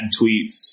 tweets